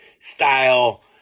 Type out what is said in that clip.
style